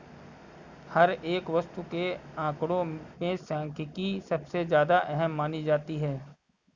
हर एक वस्तु के आंकडों में सांख्यिकी सबसे ज्यादा अहम मानी जाती है